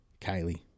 Kylie